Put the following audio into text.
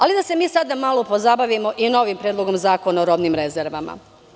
Ali, da se mi sada malo pozabavimo i novim Predlogom zakona o robnim rezervama.